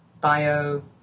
bio